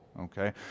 okay